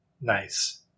Nice